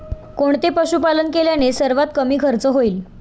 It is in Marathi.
कोणते पशुपालन केल्याने सर्वात कमी खर्च होईल?